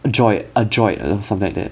or something like that